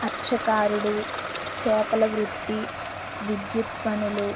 అర్చకారుడు చేపల వృత్తి విద్యుత్ పనులు